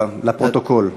לפרוטוקול.